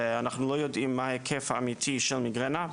אנחנו לא יודעים מה ההיקף האמיתי של מיגרנה,